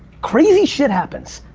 crazy shit happens.